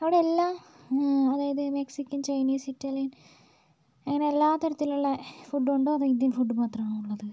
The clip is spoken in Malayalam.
അവിടെ എല്ലാം അതായത് മെക്സിക്കൻ ചൈനീസ് ഇറ്റാലിയൻ അങ്ങനെ എല്ലാ തരത്തിലൊള്ള ഫുഡ് ഉണ്ടോ അതോ ഇന്ത്യൻ ഫുഡ് മാത്രമാണോ ഉള്ളത്